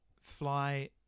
fly